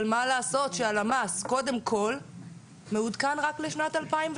אבל מה לעשות שהלמ"ס מעודכן רק לשנת 2017?